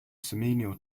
seminal